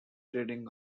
trading